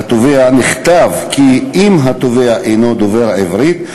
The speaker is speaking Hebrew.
לתובע נכתב כי אם התובע אינו דובר עברית,